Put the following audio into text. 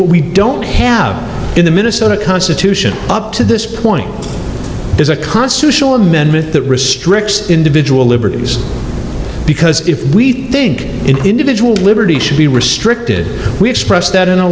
things we don't have in the minnesota constitution up to this point is a constitutional amendment that restricts individual liberties because if we think individual liberty should be restricted we express that in a